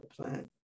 plan